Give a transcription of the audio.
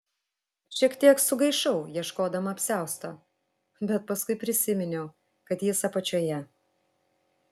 šiek tiek sugaišau ieškodama apsiausto bet paskui prisiminiau kad jis apačioje